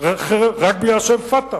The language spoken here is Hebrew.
רק מפני שהם "פתח",